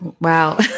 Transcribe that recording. Wow